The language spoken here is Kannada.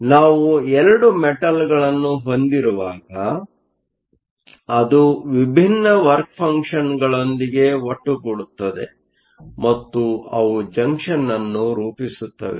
ಆದ್ದರಿಂದ ನಾವು 2 ಮೆಟಲ್ಗಳನ್ನು ಹೊಂದಿರುವಾಗ ಅದು ವಿಭಿನ್ನ ವರ್ಕ ಫಂಕ್ಷನ್ಗಳೊಂದಿಗೆ ಒಟ್ಟುಗೂಡುತ್ತದೆ ಮತ್ತು ಅವು ಜಂಕ್ಷನ್ ಅನ್ನು ರೂಪಿಸುತ್ತವೆ